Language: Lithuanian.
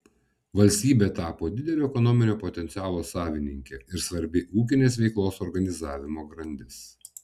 valstybė tapo didelio ekonominio potencialo savininkė ir svarbi ūkinės veiklos organizavimo grandis